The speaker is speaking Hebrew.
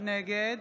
נגד